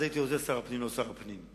אז הייתי עוזר שר הפנים ולא שר הפנים.